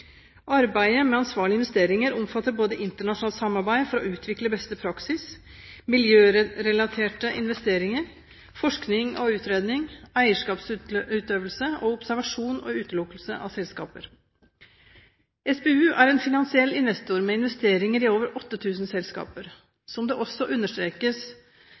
Arbeidet med ansvarlige investeringer omfatter både internasjonalt samarbeid for å utvikle beste praksis, miljørelaterte investeringer, forskning og utredning, eierskapsutøvelse og observasjon og utelukkelse av selskaper. SPU er en finansiell investor med investeringer i over 8 000 selskaper. Slik det også